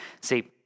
See